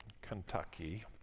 Kentucky